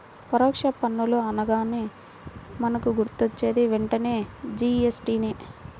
పరోక్ష పన్నులు అనగానే మనకు గుర్తొచ్చేది వెంటనే జీ.ఎస్.టి నే